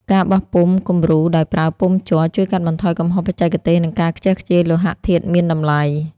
ការបោះពុម្ពគំរូដោយប្រើពុម្ពជ័រ ជួយកាត់បន្ថយកំហុសបច្ចេកទេស និងការខ្ជះខ្ជាយលោហៈធាតុមានតម្លៃ។